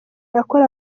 akora